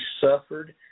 suffered